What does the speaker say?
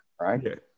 right